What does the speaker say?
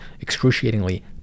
excruciatingly